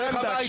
סנדק,